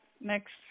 next